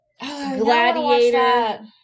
Gladiator